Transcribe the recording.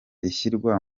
ishyirwa